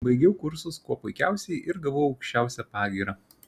baigiau kursus kuo puikiausiai ir gavau aukščiausią pagyrą